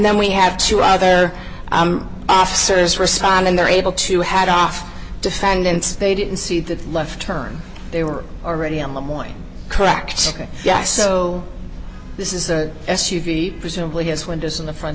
then we have two other officers responding they're able to had off defendants they didn't see the left turn they were already on the morning correct yes so this is the s u v presumably has windows in the front